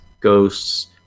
ghosts